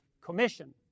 commission